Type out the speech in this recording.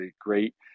great